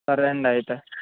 సరే అండి అయితే